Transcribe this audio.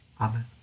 Amen